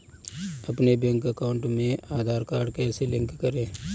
अपने bank account में Aadhaar card कैसे लिंक करें?